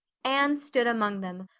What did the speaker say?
anne stood among them,